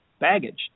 baggage